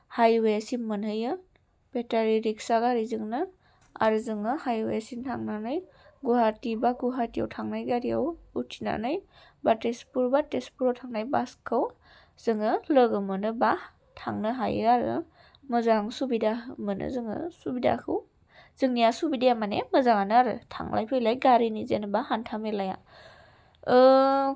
हाइवेसिम मोनहैयो बेटारि रिक्सा गारिजोंनो आरो जोङो हाइवेसिम थांनानै गुवाहाटि बा गुहाटियाव थांनाय गारियाव उथिनानै बा तेजपुर बा तेजपुराव थांनाय बासखौ जोङो लोगो मोनोबा थांनो हायो आरो मोजां सुबिदा मोनो जोङो सुबिदाखौ जोंनिया सुबिदाया माने मोजाङानो आरो थांलाय फैलाय गारिनि जेनेबा हान्था मेलाया